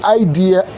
idea